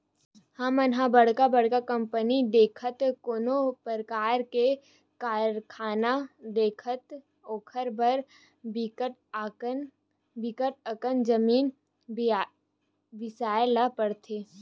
हमन ह बड़का बड़का कंपनी देखथन, कोनो परकार के कारखाना देखथन ओखर बर बिकट अकन जमीन बिसाए ल परथे